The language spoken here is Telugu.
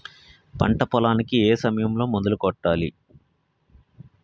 పంట పొలానికి ఏ సమయంలో మందులు కొట్టాలి?